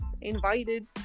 invited